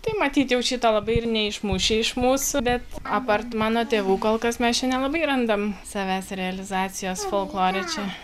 tai matyt jau šitą labai ir neišmuši iš mūsų bet apart mano tėvų kol kas mes čia nelabai randam savęs realizacijos folklore čia